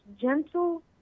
gentle